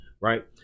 right